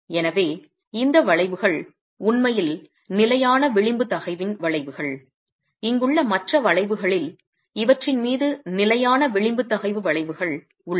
எனவே இந்த வளைவுகள் உண்மையில் நிலையான விளிம்பு தகைவின் வளைவுகள் இங்குள்ள மற்ற வளைவுகளில் இவற்றின் மீது நிலையான விளிம்பு தகைவு வளைவுகள் உள்ளன